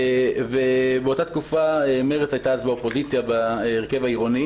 באותה תקופה מרצ הייתה באופוזיציה בהרכב העירוני